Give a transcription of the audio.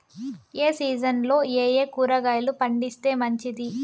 ఏ సీజన్లలో ఏయే కూరగాయలు పండిస్తే మంచిది